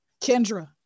Kendra